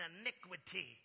iniquity